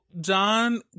john